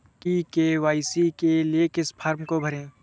ई KYC के लिए किस फ्रॉम को भरें?